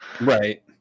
Right